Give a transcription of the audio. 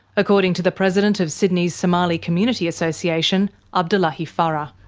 according to the president of sydney's somali community association, abdullahi farah.